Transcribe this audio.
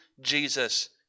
Jesus